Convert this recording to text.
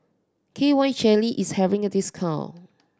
K Y Jelly is having a discount